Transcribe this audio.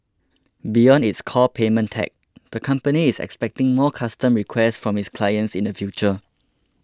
beyond its core payment tech the company is expecting more custom requests from its clients in the future